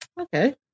okay